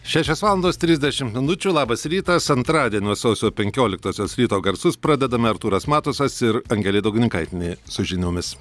šešios valandos trisdešimt minučių labas rytas antradienio sausio penkioliktosios ryto garsus pradedame artūras matusas ir angelė daugininkaitienė su žiniomis